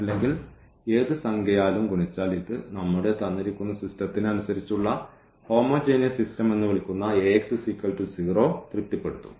അല്ലെങ്കിൽ ഏത് സംഖ്യയാലും ഗുണിച്ചാൽ ഇത് നമ്മുടെ തന്നിരിക്കുന്ന സിസ്റ്റത്തിന് അനുസരിച്ച് ഉള്ള ഹോമോജിനിയസ് സിസ്റ്റം എന്നു വിളിക്കുന്ന തൃപ്തിപ്പെടുത്തും